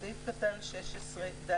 סעיף קטן 16(ד2).